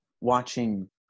watching